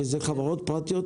שזה חברות פרטיות,